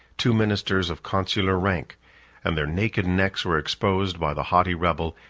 two ministers of consular rank and their naked necks were exposed, by the haughty rebel,